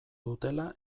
dutela